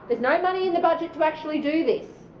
there's no money in the budget to actually do this.